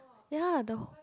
ya the